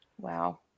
Wow